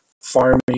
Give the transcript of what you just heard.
farming